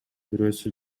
бирөөсү